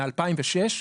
מ-2006,